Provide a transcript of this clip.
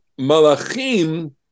Malachim